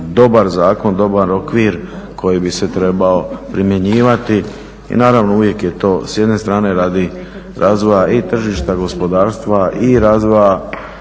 dobar zakon, dobar okvir koji bi se trebao primjenjivati. I naravno uvijek je to s jedne strane radi razvoja i tržišta gospodarstva i razvoja